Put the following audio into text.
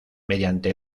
mediante